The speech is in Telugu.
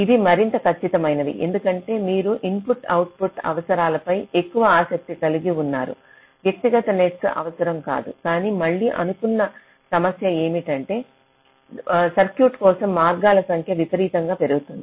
ఇవి మరింత ఖచ్చితమైనవి ఎందుకంటే మీరు ఇన్పుట్ అవుట్పుట్ అవసరాలపై ఎక్కువ ఆసక్తి కలిగి ఉన్నారు వ్యక్తిగత నెట్స్ అవసరం కాదు కానీ మళ్ళీ అనుకున్న సమస్య ఏమిటంటే అనేక సర్క్యూట్ల కోసం మార్గాల సంఖ్య విపరీతంగా పెరుగుతుంది